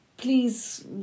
please